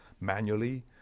manually